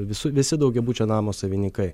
visų visi daugiabučio namo savininkai